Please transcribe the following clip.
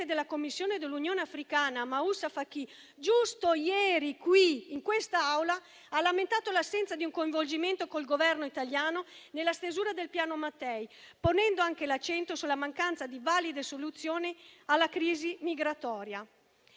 della commissione dell'Unione africana Moussa Faki giusto ieri, qui, in quest'Aula, ha lamentato l'assenza di un coinvolgimento con il Governo italiano nella stesura del Piano Mattei, ponendo anche l'accento sulla mancanza di valide soluzioni alla crisi migratoria.